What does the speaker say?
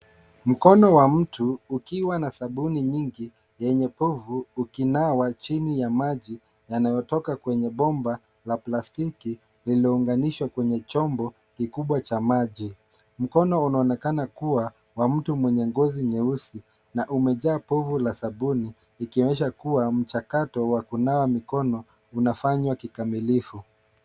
Mkono wa mtu, ukiwa na sabuni nyingi yenye povu ukinawa chini ya maji yanayotoka kwenye bomba la plastiki lililounganishwa kwenye chombo kikubwa cha maji. Mkono unaonekana kuwa wa mtu mwenye ngozi nyeusi na umejaa povu la sabuni ikionyesha kuwa mchakato wa kunawa mikono unafanywa kikamilifu.